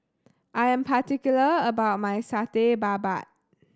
I am particular about my Satay Babat